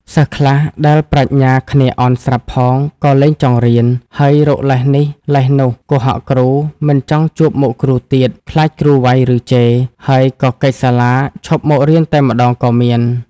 សិស្សខ្លះដែលប្រាជ្ញាគ្នាអន់ស្រាប់ផងក៏លែងចង់រៀន ហើយរកលេសនេះលេសនោះ កុហកគ្រូ មិនចង់ជួបមុខគ្រូទៀត ខ្លាចគ្រូវ៉ៃឬជេរ ហើយក៏គេចសាលាឈប់មករៀនតែម្តងក៏មាន ។